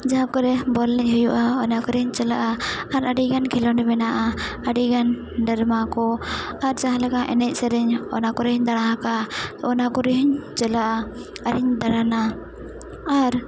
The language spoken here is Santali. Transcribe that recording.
ᱡᱟᱦᱟᱸ ᱠᱚᱨᱮ ᱵᱚᱞ ᱮᱱᱮᱡ ᱦᱩᱭᱩᱜᱼᱟ ᱚᱱᱟ ᱠᱚᱨᱮᱧ ᱪᱟᱞᱟᱜᱼᱟ ᱟᱨ ᱟᱹᱰᱤ ᱜᱟᱱ ᱠᱷᱮᱹᱞᱳᱸᱰ ᱢᱮᱱᱟᱜᱼᱟ ᱟᱹᱰᱤ ᱜᱟᱱ ᱠᱚ ᱟᱨ ᱡᱟᱦᱟᱸ ᱞᱮᱠᱟ ᱮᱱᱮᱡᱼᱥᱮᱨᱮᱧ ᱚᱱᱟ ᱠᱚᱨᱮᱧ ᱫᱟᱬᱟ ᱟᱠᱟᱫᱼᱟ ᱚᱱᱟ ᱠᱚᱨᱮᱦᱚᱧ ᱪᱟᱞᱟᱜᱼᱟ ᱟᱨᱤᱧ ᱫᱟᱬᱟᱱᱟ ᱟᱨ